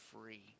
free